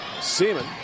Seaman